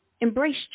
embrace